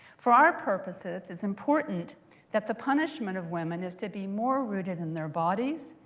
for our purposes, it's important that the punishment of women is to be more rooted in their bodies,